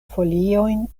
foliojn